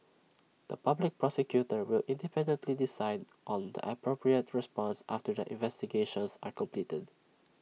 the Public Prosecutor will independently decide on the appropriate response after the investigations are completed